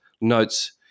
notes